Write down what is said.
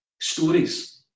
stories